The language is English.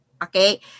Okay